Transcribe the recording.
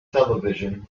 television